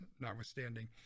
notwithstanding